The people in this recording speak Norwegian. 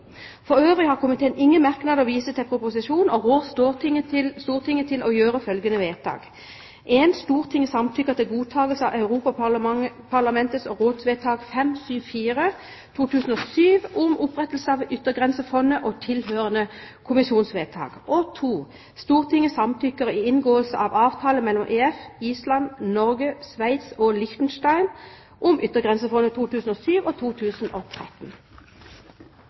For øvrig har komiteen ingen merknader, men viser til proposisjonen og rår Stortinget til å gjøre følgende vedtak: I Stortinget samtykker i godtagelse av Europaparlaments- og rådsvedtak 574/2007 om opprettelse av Yttergrensefondet og tilhørende Kommisjonsvedtak II Stortinget samtykker i inngåelse av avtale mellom EF, Island, Norge, Sveits og Liechtenstein om Yttergrensefondet